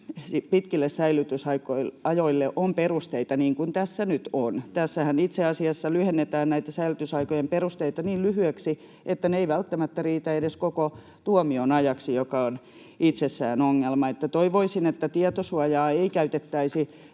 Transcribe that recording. pitkille säilytysajoille on perusteita, niin kuin tässä nyt on. Tässähän itse asiassa lyhennetään näitä säilytysaikojen perusteita niin lyhyiksi, että ne eivät välttämättä riitä edes koko tuomion ajaksi, mikä on itsessään ongelma. Toivoisin, että tietosuojaa ei käytettäisi